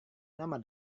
nama